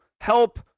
help